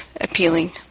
appealing